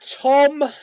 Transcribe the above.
Tom